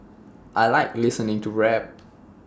I Like listening to rap